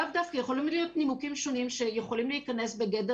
יכולים להיות נימוקים שונים שיכולים להיכנס בגדר